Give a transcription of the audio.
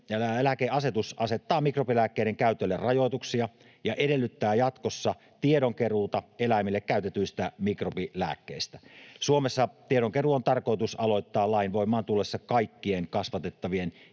Eläinlääkeasetus asettaa mikrobilääkkeiden käytölle rajoituksia ja edellyttää jatkossa tiedonkeruuta eläimille käytetyistä mikrobilääkkeistä. Suomessa tiedonkeruu on tarkoitus aloittaa lain voimaan tullessa kaikkien kasvatettavien